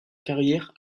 carrière